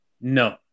No